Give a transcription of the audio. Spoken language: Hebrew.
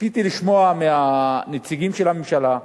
ציפיתי לשמוע מהנציגים של הממשלה,